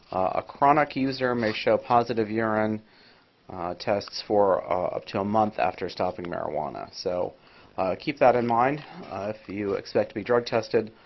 a chronic user may show positive urine tests for up to a month after stopping marijuana. so keep that in mind if you expect be drug tested,